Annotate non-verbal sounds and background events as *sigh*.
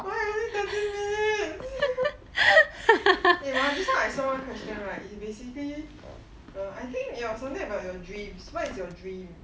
when only thirteen minutes *laughs* eh ma just now I saw one question right it is basically something about your dreams what's your dream